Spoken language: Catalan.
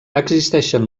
existeixen